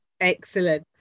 Excellent